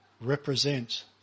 represent